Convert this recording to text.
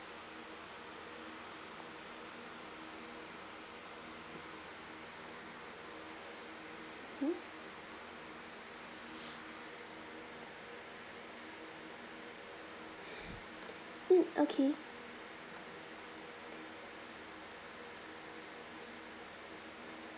mm okay